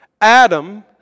Adam